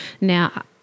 now